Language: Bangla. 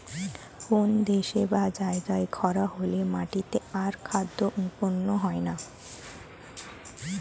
কোন দেশে বা জায়গায় খরা হলে মাটিতে আর খাদ্য উৎপন্ন হয় না